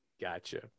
Gotcha